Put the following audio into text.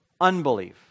unbelief